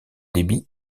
débit